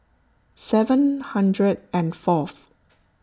seven hundred and fourth